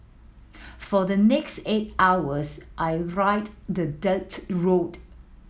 for the next eight hours I ride the dirt road